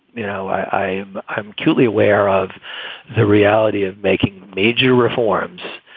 you know, i i am acutely aware of the reality of making major reforms,